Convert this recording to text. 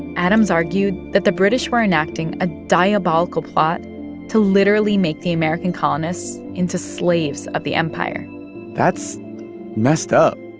adams argued that the british were enacting a diabolical plot to literally make the american colonists into slaves of the empire that's messed up.